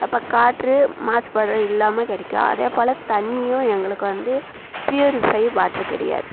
அப்போ காற்று மாசுப்பாடு இல்லாமல் கிடைக்கும் அதே போல தண்ணியும் எங்களுக்கு வந்து ப்யூரிஃபை வாட்ரு கிடையாது